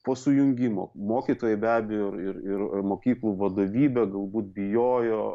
po sujungimo mokytojai be abejo ir ir mokyklų vadovybė galbūt bijojo